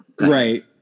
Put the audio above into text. Right